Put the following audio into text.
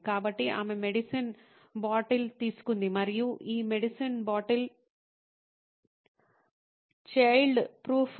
కాబట్టి ఆమె medicine bottle తీసుకుంది మరియు ఈ మెడిసిన్ బాటిల్ చైల్డ్ ప్రూఫ్